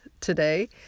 today